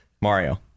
Mario